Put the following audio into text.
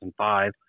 2005